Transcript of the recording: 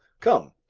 come.